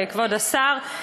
כבוד השר,